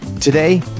today